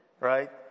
right